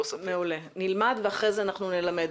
אנחנו נלמד ואחר כך נלמד.